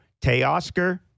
Teoscar